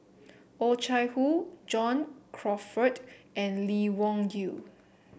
Oh Chai Hoo John Crawfurd and Lee Wung Yew